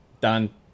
Done